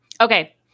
Okay